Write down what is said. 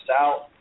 out